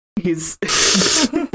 He's-